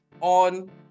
on